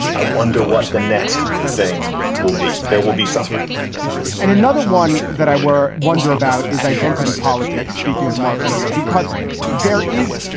i wonder what the next thing will be. there will be something and another one that i were wonder about is identity politics. speaking of mark lella, because there is.